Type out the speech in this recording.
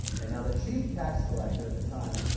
and now, the chief tax collector at the time,